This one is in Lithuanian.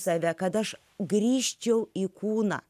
save kad aš grįžčiau į kūną